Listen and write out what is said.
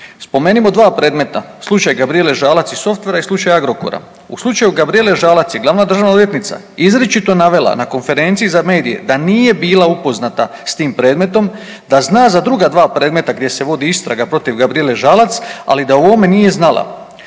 Spomenimo dva predmeta, slučaj Gabrijele Žalac i Softvera i slučaj Agrokora. U slučaju Gabrijele Žalac je glavna državna odvjetnica izričito navela na konferenciji za medije da nije bila upoznata s tim predmetom, da zna za druga dva predmeta gdje se vodi istraga protiv Gabrijele Žalac, ali da o ovome nije znala.